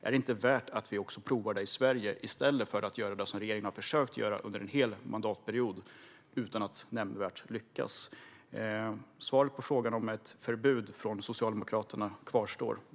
Är det inte värt att vi prövar det också i Sverige, i stället för att göra det som regeringen har försökt göra en hel mandatperiod utan att lyckas nämnvärt? Svaret på frågan om ett förbud från Socialdemokraterna kvarstår.